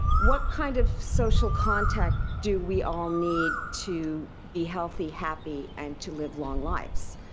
what kind of social contact do we all need to be healthy, happy, and to live long lives?